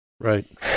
Right